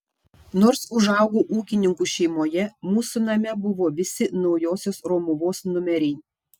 nors užaugau ūkininkų šeimoje mūsų name buvo visi naujosios romuvos numeriai